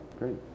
Great